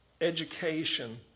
education